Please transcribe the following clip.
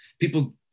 people